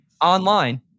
online